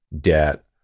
debt